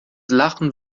lachen